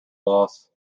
loss